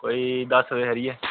कोई दस्स बजे सारी ऐ